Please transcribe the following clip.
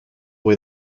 way